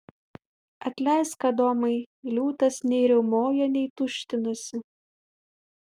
atleisk adomai liūtas nei riaumoja nei tuštinasi